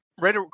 right